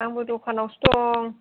आंबो दखानावसो दं